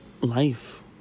life